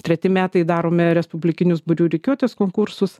treti metai darome respublikinius būrių rikiuotės konkursus